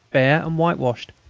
bare and whitewashed.